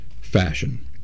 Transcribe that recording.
fashion